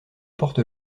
porte